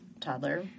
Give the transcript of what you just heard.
toddler